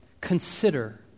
consider